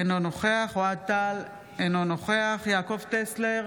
אינו נוכח אוהד טל, אינו נוכח יעקב טסלר,